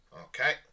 Okay